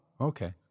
okay